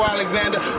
Alexander